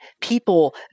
people